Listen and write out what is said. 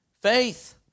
faith